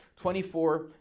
Twenty-four